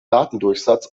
datendurchsatz